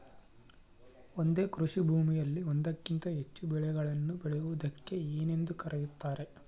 ಒಂದೇ ಕೃಷಿಭೂಮಿಯಲ್ಲಿ ಒಂದಕ್ಕಿಂತ ಹೆಚ್ಚು ಬೆಳೆಗಳನ್ನು ಬೆಳೆಯುವುದಕ್ಕೆ ಏನೆಂದು ಕರೆಯುತ್ತಾರೆ?